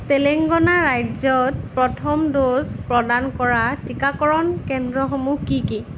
তেলেংগনা ৰাজ্যত প্ৰথম ড'জ প্ৰদান কৰা টিকাকৰণ কেন্দ্ৰসমূহ কি কি